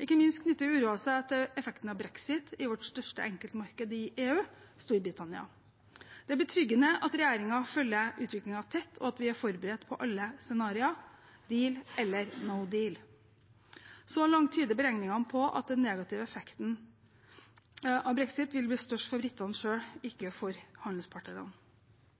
Ikke minst knytter uroen seg til effekten av brexit i vårt største enkeltmarked i EU, Storbritannia. Det er betryggende at regjeringen følger utviklingen tett, og at vi er forberedt på alle scenarioer, deal eller no deal. Så langt tyder beregningene på at den negative effekten av brexit vil bli størst for britene selv, ikke for